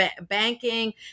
banking